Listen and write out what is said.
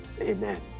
amen